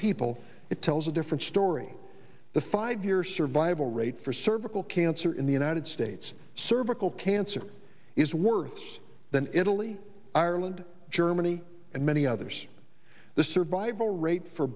people it tells a different story the five year survival rate for cervical cancer in the united states cervical cancer is worthless than italy ireland germany and many others the survival rate for